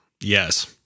yes